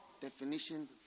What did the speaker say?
definition